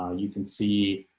ah you can see